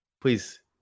please